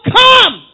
come